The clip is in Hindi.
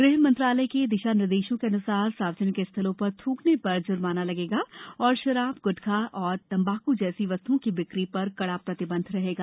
गृह मंत्रालय के दिशा निर्देशों के अनुसार सार्वजनिक स्थलों पर थूकने पर जुर्माना लगेगा और शराब गुटखा तथा तंबाकू जैसी वस्तुओं की बिक्री पर कड़ा प्रतिबंध रहेगा